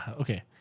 Okay